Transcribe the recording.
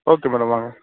okay madam வாங்க